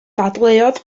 dadleuodd